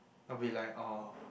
I'll be like orh